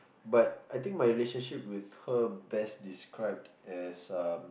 but I think my relationship with her best described as um